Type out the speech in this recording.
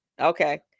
Okay